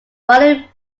walloon